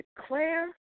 declare